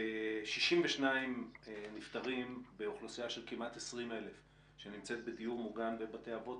62 נפטרים באוכלוסייה של כמעט 20,000 שנמצאת בדיור מוגן ובבתי אבות,